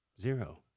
zero